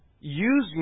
using